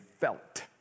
felt